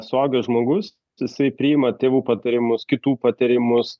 suaugęs žmogus jisai priima tėvų patarimus kitų patarimus